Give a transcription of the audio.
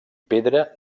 pedra